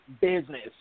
business